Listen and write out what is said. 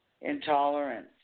Intolerance